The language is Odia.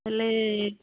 ହେଲେ